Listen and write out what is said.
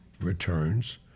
returns